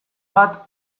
bat